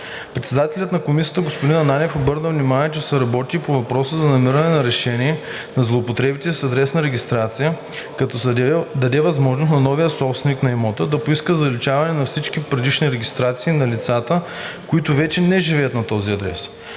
Председателят на Комисията господин Ананиев обърна внимание, че се работи и по въпроса за намиране на решение на злоупотребите с адресната регистрация, като се даде възможност на новия собственик на имота да поиска заличаване на всички предишни регистрации на лицата, които вече не живеят на този адрес.